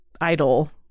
idol